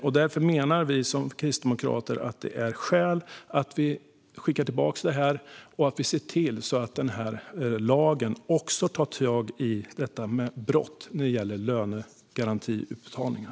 Vi kristdemokrater anser att det finns skäl att skicka tillbaka propositionen. Vi menar att lagen också ska omfatta brott mot lönegarantiutbetalningar.